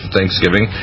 Thanksgiving